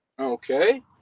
Okay